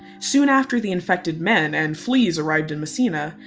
soon after the infected men and fleas arrived in messina,